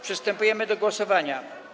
Przystępujemy do głosowania.